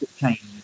change